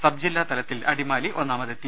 സബ്ജില്ലാതലത്തിൽ അടിമാലി ഒന്നാമതെ ത്തി